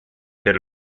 per